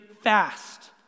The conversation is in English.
fast